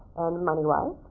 and moneywise.